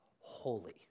holy